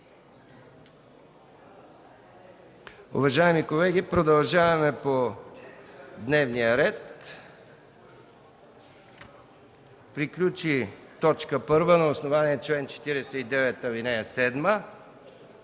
Уважаеми колеги, продължаваме по дневния ред. Приключи точка първа на основание чл. 49, ал. 7.